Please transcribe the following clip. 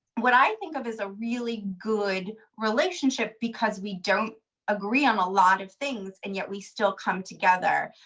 what i think of is a really good relationship because we don't agree on a lot of things and yet we still come together.